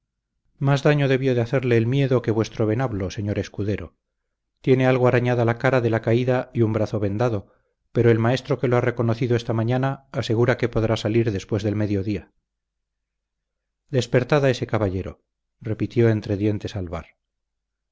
más daño debió de hacerle el miedo que vuestro venablo señor escudero tiene algo arañada la cara de la caída y un brazo vendado pero el maestro que lo ha reconocido esta mañana asegura que podrá salir después del medio día despertad a ese caballero repitió entre dientes alvar